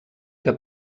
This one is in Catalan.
que